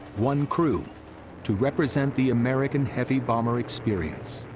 one crew to represent the american heavy bomber experience.